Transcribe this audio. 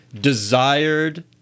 desired